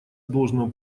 должного